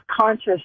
conscious